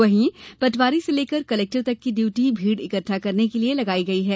वहीं पटवारी से लेकर कलेक्टर तक की ड्यूटी भीड़ इकट्ठा करने के लिये लगाई जा रही है